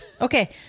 Okay